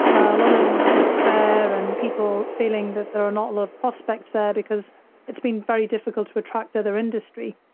a lot of despair, and people feeling that there are not a lot of prospects there because it's been very difficult to attract other industry.